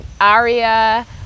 Aria